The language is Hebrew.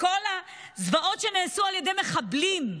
בכל הזוועות שנעשו על ידי מחבלים?